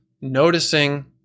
noticing